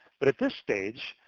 but at this stage,